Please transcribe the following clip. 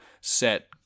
set